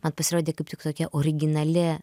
man pasirodė kaip tik tokia originali